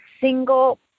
single